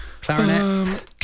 clarinet